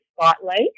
spotlight